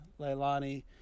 Leilani